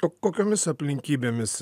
o kokiomis aplinkybėmis